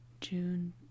June